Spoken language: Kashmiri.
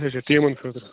اَچھا ٹیٖمن خٲطرٕ